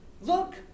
look